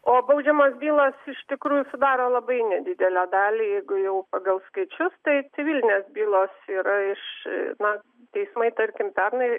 o baudžiamos bylos iš tikrųjų sudaro labai nedidelę dalį jeigu jau pagal skaičius tai civilinės bylos yra iš na teismai tarkim pernai